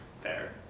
Fair